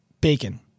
bacon